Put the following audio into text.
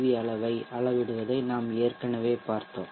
we அளவை அளவிடுவதை நாம் ஏற்கனவே பார்த்தோம்